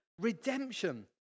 redemption